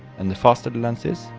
and the faster the lens is,